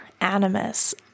animus